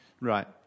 Right